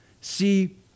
See